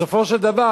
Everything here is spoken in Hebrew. בסופו של דבר,